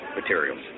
materials